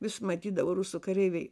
vis matydavau rusų kareiviai